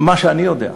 מה שאני יודע,